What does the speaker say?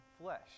flesh